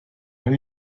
only